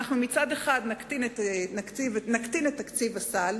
מצד אחד נקטין את תקציב הסל,